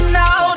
now